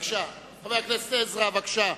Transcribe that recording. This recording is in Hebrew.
חבר הכנסת עזרא, בבקשה.